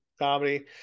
Comedy